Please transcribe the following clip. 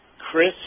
Chris